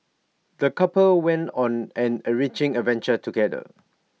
the couple went on an enriching adventure together